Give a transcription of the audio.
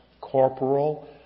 corporal